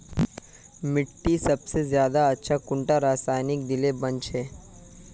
मिट्टी सबसे ज्यादा अच्छा कुंडा रासायनिक दिले बन छै?